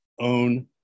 own